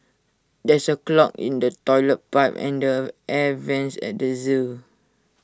there is A clog in the Toilet Pipe and the air Vents at the Zoo